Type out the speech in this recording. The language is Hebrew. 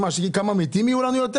שנראה כמה מתים יהיו לנו?